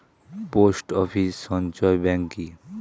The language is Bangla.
পোস্ট অফিস সঞ্চয় ব্যাংক কি?